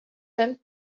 him